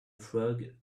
frog